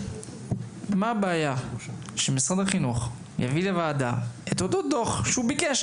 מה הבעיה שמשרד החינוך יביא לוועדה את אותו דו"ח שהוא ביקש?